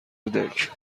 کودک